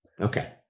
Okay